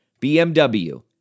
BMW